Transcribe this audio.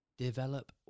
Develop